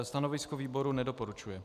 Stanovisko výboru: nedoporučuje.